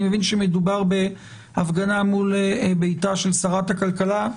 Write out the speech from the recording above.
אני מבין שמדובר בהפגנה מול ביתה של שרת הכלכלה,